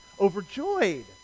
overjoyed